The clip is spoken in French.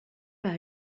par